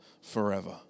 forever